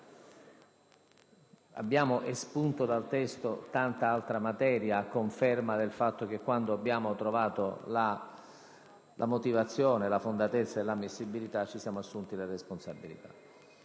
Abbiamo espunto dal testo tante altre materie, a conferma del fatto che quando abbiamo trovato la motivazione e la fondatezza dell'inammissibilità ci siamo assunti le relative responsabilità.